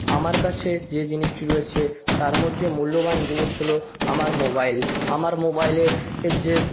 আমার কাছে যে জিনিসটি রয়েছে তার মধ্যে মূল্যবান জিনিস হল আমার মোবাইল আমার মোবাইলের যে